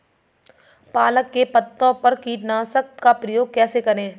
पालक के पत्तों पर कीटनाशक का प्रयोग कैसे करें?